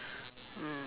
mm